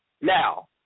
Now